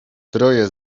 troje